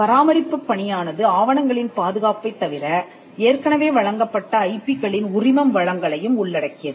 பராமரிப்புப் பணியானது ஆவணங்களின் பாதுகாப்பைத் தவிர ஏற்கனவே வழங்கப்பட்ட ஐ பி களின் உரிமம் வழங்கலையும் உள்ளடக்கியது